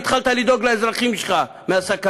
והתחלת לדאוג לאזרחים שלך בשל הסכנות.